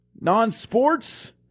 Non-sports